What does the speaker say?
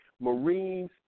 marines